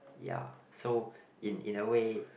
ya so in in a way